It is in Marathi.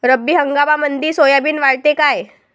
रब्बी हंगामामंदी सोयाबीन वाढते काय?